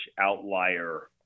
outlier